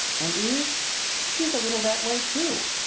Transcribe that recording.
and eve she's a little that way, too.